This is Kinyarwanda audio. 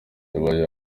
yabaye